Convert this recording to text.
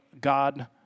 God